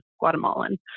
Guatemalan